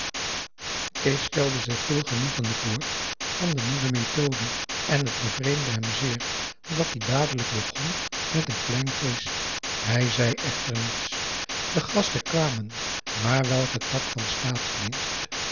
kees stelde zich veel genoegen voor van de nieuwe methode en het bevreemdde hem zeer dat die dadelijk begon met een klein feest hij zei echter niets de gasten kwamen maar welken tak van